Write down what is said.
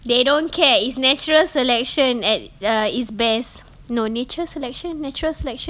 they don't care it's natural selection at err it's best no nature selection natural selection